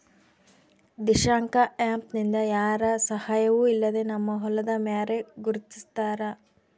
Dishank app ನಿಂದ ಯಾರ ಸಹಾಯವೂ ಇಲ್ಲದೆ ನಮ್ಮ ಹೊಲದ ಮ್ಯಾರೆ ಗುರುತಿಸ್ತಾರ